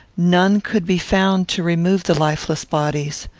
none could be found to remove the lifeless bodies.